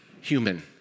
human